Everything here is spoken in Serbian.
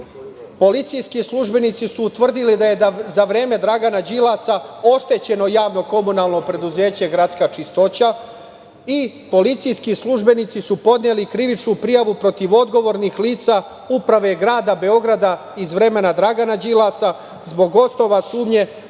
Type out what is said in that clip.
policijski službenici su utvrdili da je za vreme Dragana Đilasa oštećeno JKP „Gradska čistoća“ i policijski službenici su podneli krivičnu prijavu protiv odgovornih lica Uprave grada Beograda iz vremena Dragana Đilasa zbog osnova sumnje